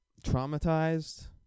traumatized